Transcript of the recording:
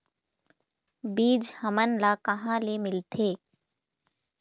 बीज हमन ला कहां ले मिलथे?